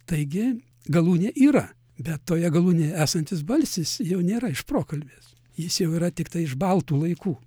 taigi galūnė yra bet toje galūne esantis balsis jau nėra iš prokalbės jis jau yra tiktai iš baltų laikų